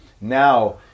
Now